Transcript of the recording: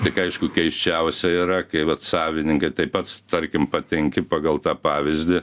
tik aišku keisčiausia yra kai vat savininkai tai pats tarkim patenki pagal tą pavyzdį